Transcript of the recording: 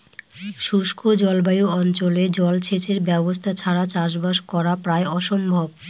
শুষ্ক জলবায়ু অঞ্চলে জলসেচের ব্যবস্থা ছাড়া চাষবাস করা প্রায় অসম্ভব